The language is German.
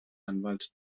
anwalt